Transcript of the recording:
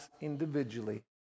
individually